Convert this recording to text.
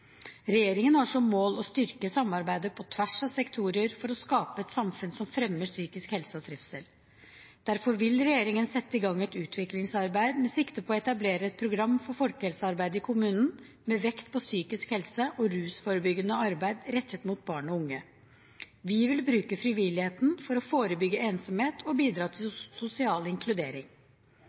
Regjeringen har som mål å styrke samarbeidet på tvers av sektorer for å skape et samfunn som fremmer psykisk helse og trivsel. Derfor vil regjeringen sette i gang et utviklingsarbeid med sikte på å etablere et program for folkehelsearbeidet i kommunene med vekt på psykisk helse og rusforebyggende arbeid rettet mot barn og unge. Vi vil bruke frivilligheten for å forebygge ensomhet og bidra til sosial inkludering.